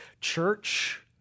church